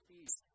Peace